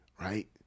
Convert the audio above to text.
right